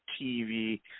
TV